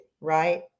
right